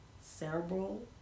Cerebral